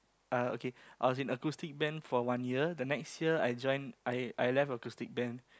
uh okay I was in acoustics band for one year the next year I join I I left acoustics band